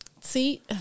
See